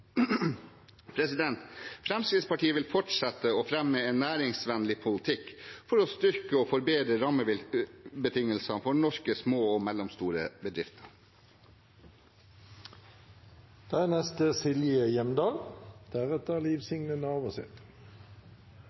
Fremskrittspartiet vil fortsette å fremme en næringsvennlig politikk for å styrke og forbedre rammebetingelsene for norske små og mellomstore